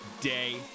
day